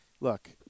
look